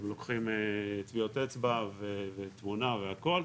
הם לוקחים טביעות אצבע ותמונה והכול.